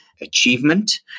achievement